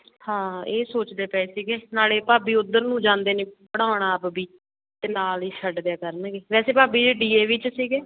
ਹਾਂ ਇਹ ਸੋਚਦੇ ਪਏ ਸੀਗੇ ਨਾਲੇ ਭਾਬੀ ਉੱਧਰ ਨੂੰ ਜਾਂਦੇ ਨੇ ਪੜ੍ਹਾਉਣ ਆਪ ਵੀ ਅਤੇ ਨਾਲ ਹੀ ਛੱਡ ਦਿਆ ਕਰਨਗੇ ਵੈਸੇ ਭਾਬੀ ਜੀ ਡੀ ਏ ਵੀ 'ਚ ਸੀਗੇ